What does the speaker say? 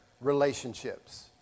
relationships